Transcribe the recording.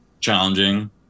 challenging